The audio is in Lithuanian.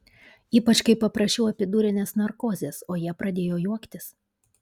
ypač kai paprašiau epidurinės narkozės o jie pradėjo juoktis